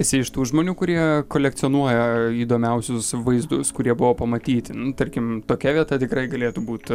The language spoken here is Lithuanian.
esi iš tų žmonių kurie kolekcionuoja įdomiausius vaizdus kurie buvo pamatyti tarkim tokia vieta tikrai galėtų būti